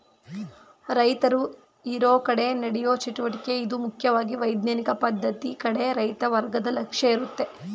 ರೈತರು ಇರೋಕಡೆ ನಡೆಯೋ ಚಟುವಟಿಕೆ ಇದು ಮುಖ್ಯವಾಗಿ ವೈಜ್ಞಾನಿಕ ಪದ್ಧತಿ ಕಡೆ ರೈತ ವರ್ಗದ ಲಕ್ಷ್ಯ ಇರುತ್ತೆ